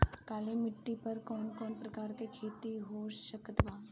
काली मिट्टी पर कौन कौन प्रकार के खेती हो सकत बा?